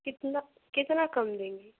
कितना कितना कम देंगी